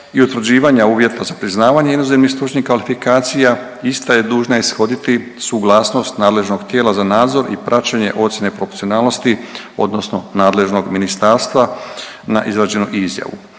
i utvrđivanja uvjeta za priznavanje inozemnih stručnih kvalifikacija ista je dužna ishoditi suglasnost nadležnog tijela za nadzor i praćenje ocjene proporcionalnosti odnosno nadležnog ministarstva na izrađeno i izjavu.